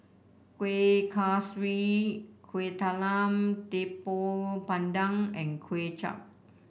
Kueh Kaswi Kuih Talam Tepong Pandan and Kuay Chap